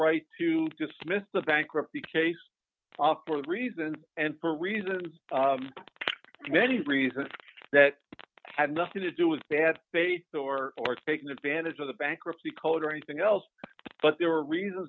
right to dismiss the bankruptcy case for that reason and for reasons many reasons that had nothing to do with bad faith or or taking advantage of the bankruptcy code or anything else but there are reasons